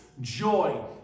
joy